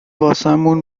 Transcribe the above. واسمون